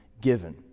given